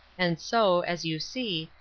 and so, as you see,